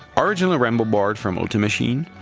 original rambo board from ultimachine,